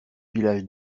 village